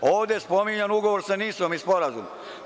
Ovde spominjan ugovor se NIS-om i sporazum.